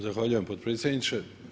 Zahvaljujem potpredsjedniče.